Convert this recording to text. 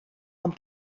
ond